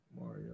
mario